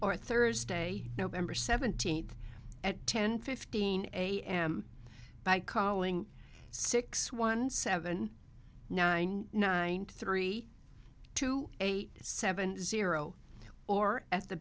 or thursday nov seventeenth at ten fifteen am by calling six one seven nine nine three two eight seven zero or at the